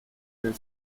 del